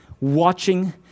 Watching